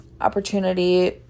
opportunity